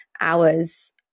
hours